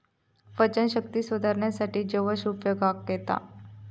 पचनशक्ती सुधारूसाठी जवस उपयोगाक येता